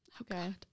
Okay